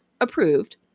approved